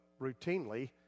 routinely